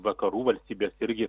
vakarų valstybės irgi